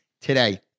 today